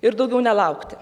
ir daugiau nelaukti